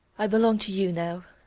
i belong to you now.